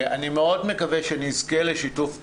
ואני מאוד מקווה שנזכה לשיתוף פעולה,